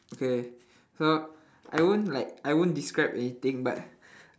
okay so I won't like I won't describe anything but